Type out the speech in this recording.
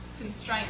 constraints